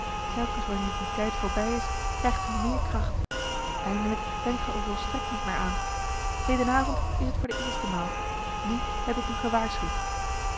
telkens wanneer die tijd voorbij is krijgt ge meer kracht eindelijk denkt ge er volstrekt niet meer aan heden avond is het voor de eerste maal nu heb ik u gewaarschuwd